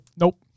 Nope